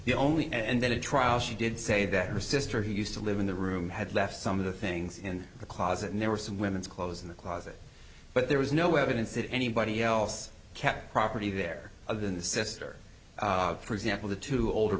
the only and then a trial she did say that her sister who used to live in the room had left some of the things in the closet and there were some women's clothes in the closet but there was no evidence that anybody else kept property there other than the sister for example the two older